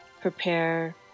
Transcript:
prepare